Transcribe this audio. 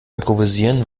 improvisieren